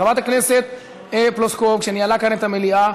כשחברת הכנסת פלוסקוב ניהלה כאן את המליאה,